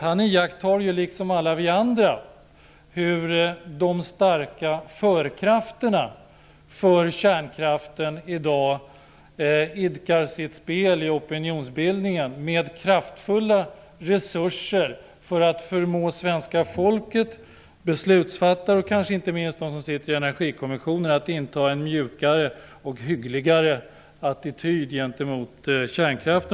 Han iakttar ju liksom alla vi andra hur de starka förespråkarna för kärnkraften i dag spelar sitt spel i opinionsbildningen med kraftfulla resurser för att förmå svenska folket, beslutsfattare och kanske inte minst dem som sitter i Energikommissionen att inta en mjukare, hyggligare attityd gentemot kärnkraften.